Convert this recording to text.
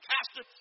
Pastor